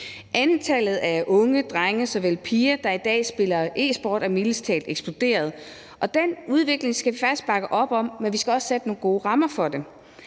Antallet af unge drenge såvel som piger, der i dag dyrker e-sport, er mildest talt eksploderet, og den udvikling skal vi faktisk bakke op om, men vi skal også sætte nogle gode rammer for det.